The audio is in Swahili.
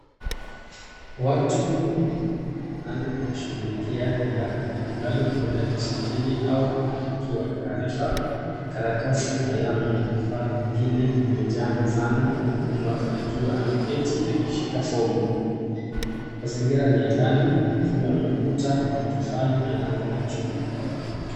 Watu fulani wakishughulikia nyaraka mbalimbali huenda ni usajili au uandiki wa taarifa, karatasi, kalamu na vifaa vingine vimejaa mezani huku mmoja ameketi akiwa ameshika fomu. Mazingira ni ya ndani yakiwa na ukuta wa matofali na mlango wa chuma.